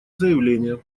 заявление